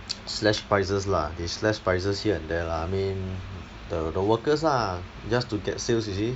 slashed prices lah they slashed prices here and there lah I mean the the workers lah just to get sales you see